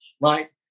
right